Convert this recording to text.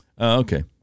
Okay